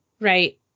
Right